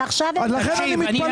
לכן אני מתפלא.